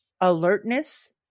alertness